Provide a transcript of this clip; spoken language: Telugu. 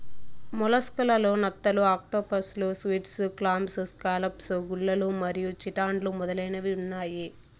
మొలస్క్ లలో నత్తలు, ఆక్టోపస్లు, స్క్విడ్, క్లామ్స్, స్కాలోప్స్, గుల్లలు మరియు చిటాన్లు మొదలైనవి ఉన్నాయి